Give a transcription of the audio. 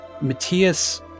matthias